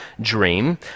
dream